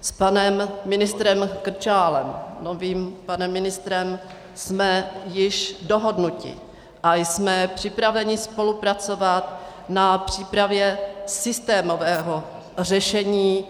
S panem ministrem Krčálem, novým panem ministrem, jsme již dohodnuti a jsme připraveni spolupracovat na přípravě systémového řešení